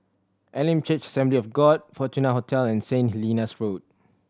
Elim Church Assembly of God Fortuna Hotel and Saint Helena Road